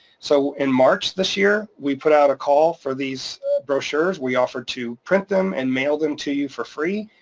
so in march this year, we put out a call for these brochures, we offered to print them and mail them to you for free.